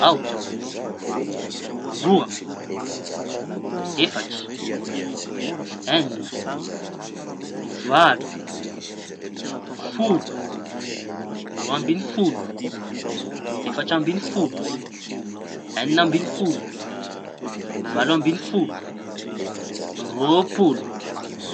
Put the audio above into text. Aotra, roa, efatra, eñina, valo, folo, roa ambiñy folo, efatra ambiñy folo, eñina ambiñy folo, valo ambiñy folo, roapolo.